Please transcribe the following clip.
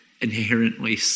inherently